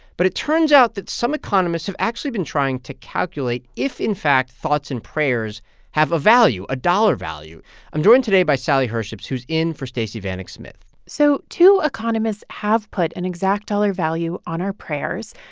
but it turns out that some economists have actually been trying to calculate if, in fact, thoughts and prayers have a value a dollar value i'm joined today by sally herships, who's in for stacey vanek smith so two economists have put an exact dollar value on our prayers.